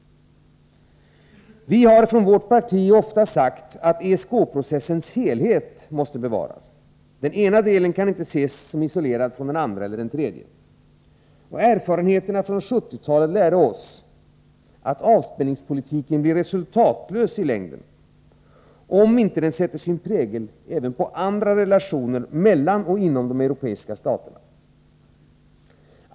Vi har från vårt parti ofta sagt att ESK-processens helhet måste bevaras. Den ena delen kan inte ses som isolerad från den andra eller den tredje. Erfarenheterna från 1970-talet lärde oss att avspänningspolitiken i längden blir resultatlös om den inte sätter sin prägel även på andra relationer mellan och inom de europeiska staterna.